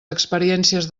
experiències